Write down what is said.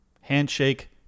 Handshake